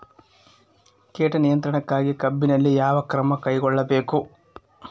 ಕೇಟ ನಿಯಂತ್ರಣಕ್ಕಾಗಿ ಕಬ್ಬಿನಲ್ಲಿ ಯಾವ ಕ್ರಮ ಕೈಗೊಳ್ಳಬೇಕು?